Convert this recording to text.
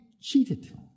cheated